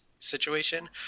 situation